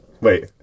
Wait